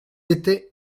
étaient